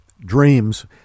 dreams